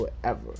forever